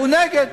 נגד.